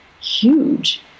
huge